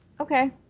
Okay